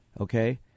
okay